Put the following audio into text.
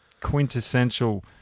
quintessential